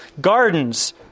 gardens